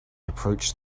approached